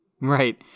right